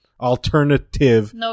alternative